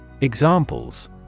Examples